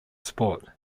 sport